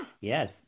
Yes